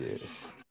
Yes